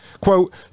quote